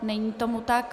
Není tomu tak.